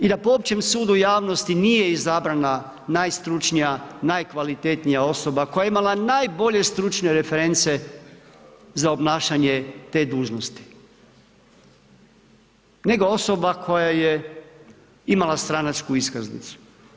I da poopćim sudu javnosti, nije izabrana najstručnija, najkvalitetnija osoba, koja je imala najbolje stručne reference za obnašanje te dužnosti, nego osobe koja je imala stranačku iskaznicu.